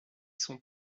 son